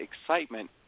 excitement